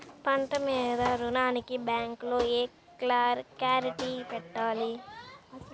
పంట మీద రుణానికి బ్యాంకులో ఏమి షూరిటీ పెట్టాలి?